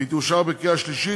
והיא תאושר בקריאה שלישית,